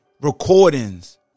recordings